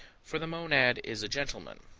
for the monad is a gentleman.